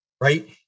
right